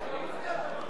אני מדבר עם